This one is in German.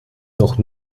noch